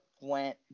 went